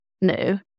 No